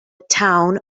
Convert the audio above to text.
town